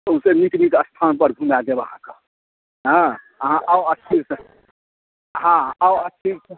सौसे नीक नीक स्थान पर घुमाय देब अहाँकऽ हँ अहाँ आउ स्थिरसँ हँ आउ स्थिरसँ